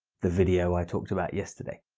the video i talked about yesterday.